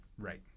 Right